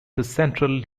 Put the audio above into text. central